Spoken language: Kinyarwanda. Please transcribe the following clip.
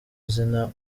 zina